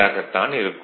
ஆகத்தான் இருக்கும்